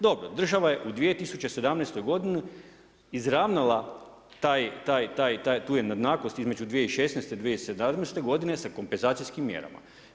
Dobro, država je u 2017. godini izravnala tu nejednakost između 2016., 2017. godine sa kompenzacijskim mjerama.